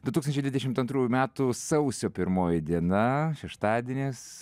du tūkstančiai dvidešimt antrųjų metų sausio pirmoji diena šeštadienis